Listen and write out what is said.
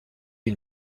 une